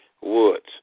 Woods